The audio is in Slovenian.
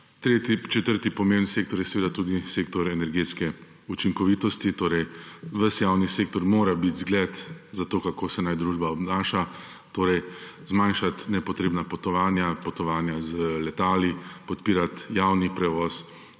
hrane. Četrti pomemben sektor je tudi sektor energetske učinkovitosti. Ves javni sektor mora biti zgled za to, kako se naj družba obnaša, torej zmanjšati nepotrebna potovanja, potovanja z letali, podpirati javni prevoz,